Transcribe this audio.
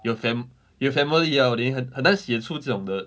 有 fam~ 有 family liao 你你很难写出这种的